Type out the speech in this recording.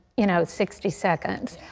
you know, sixty seconds.